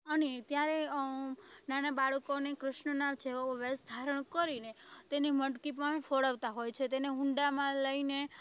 અને ત્યારે નાના બાળકોને કૃષ્ણના જેવો વેશ ધારણ કરીને તેની મટકી પણ ફોડાવતા હોય છે તેને હુંડામાં લઈને